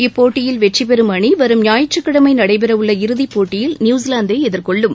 இப்போட்டியில் வெற்றி பெறும் அணி வரும் ஞாயிற்றுக்கிழமை நடைபெறவுள்ள இறுதிப்போட்டியில் நியூஸிவாந்தை எதிர்கொள்ளும்